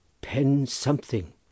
Pen-something